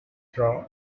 draw